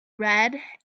red